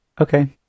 Okay